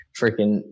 freaking